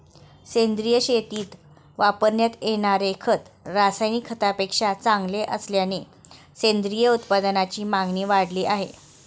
सेंद्रिय शेतीत वापरण्यात येणारे खत रासायनिक खतांपेक्षा चांगले असल्याने सेंद्रिय उत्पादनांची मागणी वाढली आहे